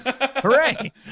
Hooray